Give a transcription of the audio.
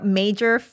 major